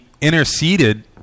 interceded